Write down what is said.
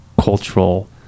cultural